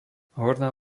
horná